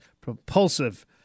propulsive